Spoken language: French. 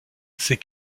ces